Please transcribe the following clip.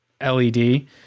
led